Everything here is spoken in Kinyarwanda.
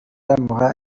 amuha